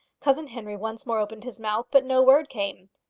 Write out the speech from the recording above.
cousin henry once more opened his mouth, but no word came.